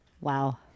wow